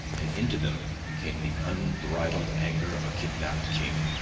and into them came the unbridled anger of a kidnapped king.